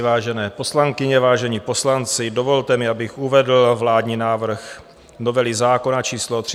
Vážené poslankyně, vážení poslanci, dovolte mi, abych uvedl vládní návrh novely zákona č. 378/2007 Sb.